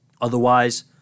Otherwise